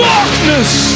Darkness